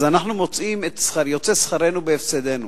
אז יוצא שכרנו בהפסדנו.